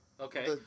Okay